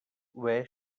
where